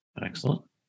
Excellent